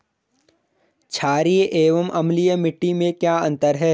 छारीय एवं अम्लीय मिट्टी में क्या अंतर है?